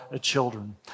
children